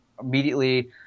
immediately